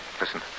Listen